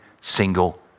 single